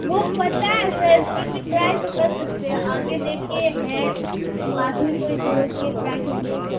وہ پتہ ہے سر پھر بھی ٹرائی تو کر سکتے ہیں آگے دیکھیے ہے پاس میں کوئی تو روکیے ٹرائی کیجیے